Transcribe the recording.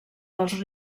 dels